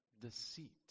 Deceit